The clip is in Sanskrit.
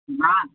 न